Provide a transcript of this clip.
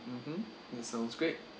mmhmm sounds great